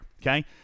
Okay